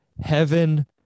heaven